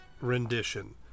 rendition